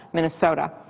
minnesota,